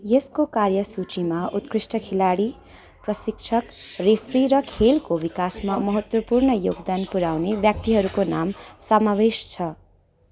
यसको कार्यसूचिमा उत्कृष्ट खेलाडी प्रशिक्षक रेफ्री र खेलको विकासमा महत्त्वपूर्ण योगदान पुर्याउने व्यक्तिहरूको नाम समावेश छ